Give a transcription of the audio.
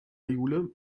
jule